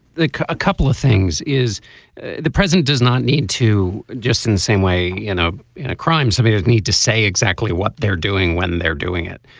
a couple of things is the president does not need to just in the same way in a in a crime so he does need to say exactly what they're doing when they're doing it.